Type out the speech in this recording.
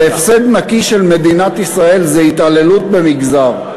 זה הפסד נקי של מדינת ישראל, זה התעללות במגזר.